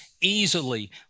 easily